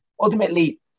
ultimately